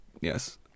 Yes